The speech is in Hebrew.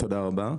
תודה רבה.